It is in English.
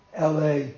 LA